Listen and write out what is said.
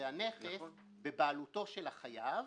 זה הנכס בבעלותו של החייב.